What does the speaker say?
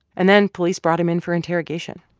and then police brought him in for interrogation